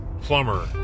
plumber